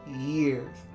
years